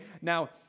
Now